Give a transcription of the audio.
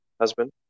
husband